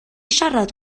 siarad